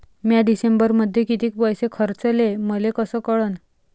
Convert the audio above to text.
म्या डिसेंबरमध्ये कितीक पैसे खर्चले मले कस कळन?